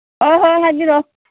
ꯍꯣꯏ ꯍꯣꯏ ꯍꯥꯏꯕꯤꯔꯛꯑꯣ